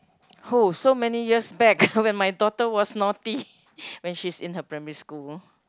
oh so many years back when my daughter was naughty when she's in her primary school